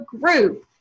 Group